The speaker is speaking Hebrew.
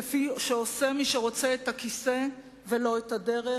כפי שעושה מי שרוצה את הכיסא ולא את הדרך,